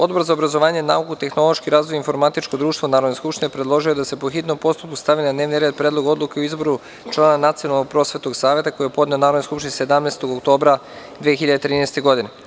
Odbor za obrazovanje, nauku, tehnološki razvoj i informatičko društvo Narodnoj skupštini je predložio da se po hitnom postupku stavi na dnevni red Predlog odluke o izboru člana Nacionalnog prosvetnog saveta, koji je podneo Narodnoj skupštini 17. oktobra 2013. godine.